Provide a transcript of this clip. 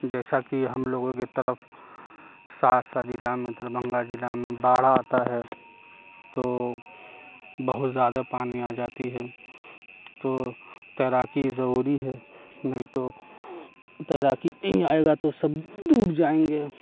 جیسا کہ ہم لوگوں کے طرف سہرسہ ضلع میں دربھنگہ ضلع میں باڑھ آتا ہے تو بہت زیادہ پانی آ جاتی ہے تو تیراکی ضروری ہے نہیں تو تیراکی نہیں آئے گا تو سب ڈوب جائیں گے